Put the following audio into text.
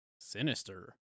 Sinister